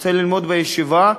רוצה ללמוד בישיבות,